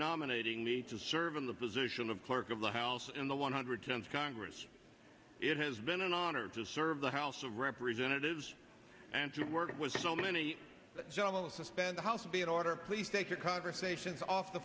nominating me to serve in the position of clerk of the house in the one hundred tenth congress it has been an honor to serve the house of representatives and to work with so many suspend the house be in order please take your conversations off the